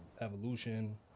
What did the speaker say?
evolution